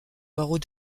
barreau